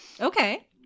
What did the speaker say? Okay